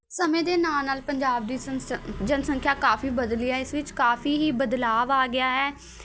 ਸਮੇਂ ਦੇ ਨਾਲ ਨਾਲ ਪੰਜਾਬ ਦੀ ਜਨਸੰਖਿਆ ਕਾਫੀ ਬਦਲੀ ਹੈ ਇਸ ਵਿੱਚ ਕਾਫੀ ਹੀ ਬਦਲਾਵ ਆ ਗਿਆ ਹੈ